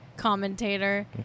commentator